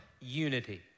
unity